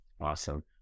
Awesome